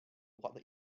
what